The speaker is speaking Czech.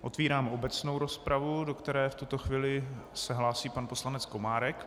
Otvírám obecnou rozpravu, do které v tuto chvíli se hlásí pan poslanec Komárek.